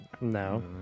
No